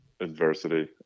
adversity